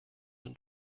and